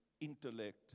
intellect